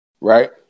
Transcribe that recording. right